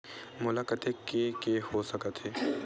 मोला कतेक के के हो सकत हे?